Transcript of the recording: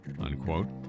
unquote